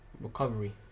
recovery